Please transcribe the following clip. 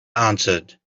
answered